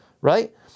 right